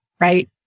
right